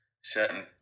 certain